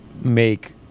make